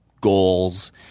goals